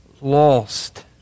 lost